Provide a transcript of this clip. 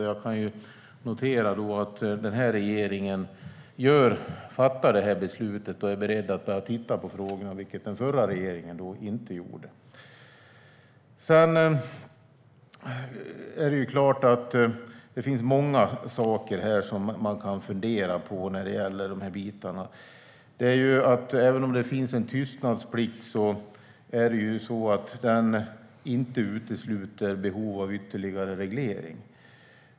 Jag kan notera att regeringen har fattat det här beslutet och är beredd att titta på frågorna, vilket den förra regeringen inte gjorde. Det är klart att det finns många saker som man kan fundera på när det gäller de här bitarna. Även om det finns en tystnadsplikt utesluter den inte behov av ytterligare reglering.